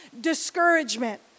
discouragement